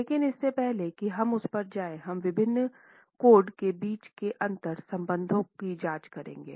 लेकिन इससे पहले कि हम उस पर जाएं हम विभिन्न कोड के बीच के अंतर संबंधों की जांच करेंगे